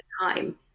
time